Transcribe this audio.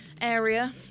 area